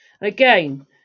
again